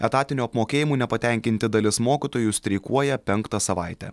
etatiniu apmokėjimu nepatenkinti dalis mokytojų streikuoja penktą savaitę